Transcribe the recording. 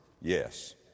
Yes